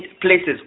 places